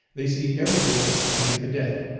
they see every thing as a cadet,